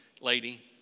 lady